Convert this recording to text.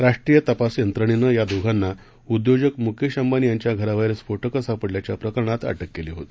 राष्ट्रीय तपास यत्रणेनं या दोघांना उद्योजक मुकेश अंबानी यांच्या घराबाहेर स्फोटकं सापडल्याच्या प्रकरणात अटक केली होती